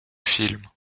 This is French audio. films